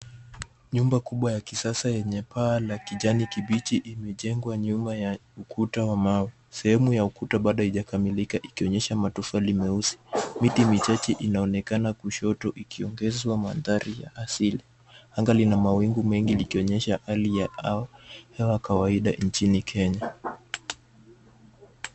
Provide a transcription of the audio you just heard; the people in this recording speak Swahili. Nyumba kubwa ya kisasa yenye paa la kijani kibichi, imejengwa nyuma ya ukuta wa mawe. sehemu ya ukuta bado halijakamilika ikionyesha matofali meusi. Miti michache inaonekana kushoto ikiongezwa mandhari ya asili. Anga lina mawingu mengi likionyesha hali ya hewa ya kawaida nchini Kenya.